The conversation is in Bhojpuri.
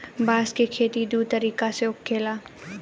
बांस के खेती दू तरीका से होखेला